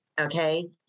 okay